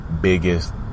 biggest